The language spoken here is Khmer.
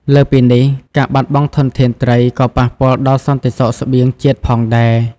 លើសពីនេះ ការបាត់បង់ធនធានត្រីក៏ប៉ះពាល់ដល់សន្តិសុខស្បៀងជាតិផងដែរ។